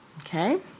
Okay